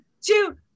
two